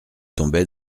tombait